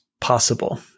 possible